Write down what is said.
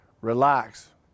relax